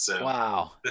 Wow